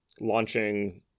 Launching